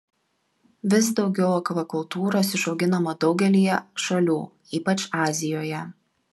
vis daugiau akvakultūros išauginama daugelyje šalių ypač azijoje